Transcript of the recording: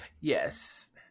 yes